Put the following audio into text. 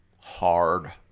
Hard